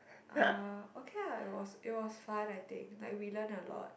uh okay lah it was it was fun I think like we learnt a lot